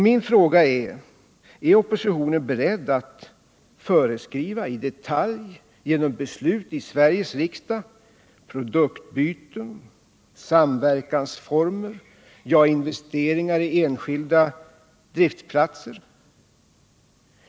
Min fråga blir då: Är oppositionen beredd att föreskriva i detalj genom beslut i Sveriges riksdag produktbyten, samverkansformer — ja, investeringar i enskilda driftsplatser?